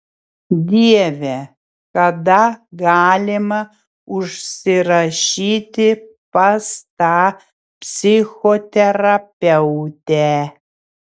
dieve kada galima užsirašyti pas tą psichoterapeutę